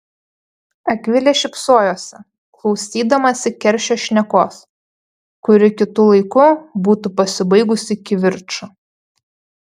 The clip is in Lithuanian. akvilė šypsojosi klausydamasi keršio šnekos kuri kitu laiku būtų pasibaigusi kivirču